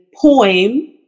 poem